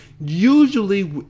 usually